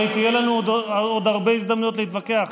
הרי יהיו לנו עוד הרבה הזדמנויות להתווכח.